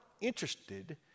interested